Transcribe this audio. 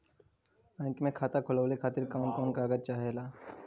Bank मे खाता खोलवावे खातिर कवन कवन कागज चाहेला?